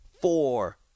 four